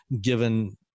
given